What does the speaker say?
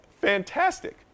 fantastic